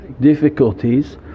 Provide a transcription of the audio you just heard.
difficulties